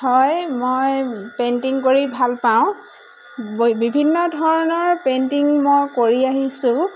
হয় মই পেইণ্টিং কৰি ভাল পাওঁ বিভিন্ন ধৰণৰ পেইণ্টিং মই কৰি আহিছোঁ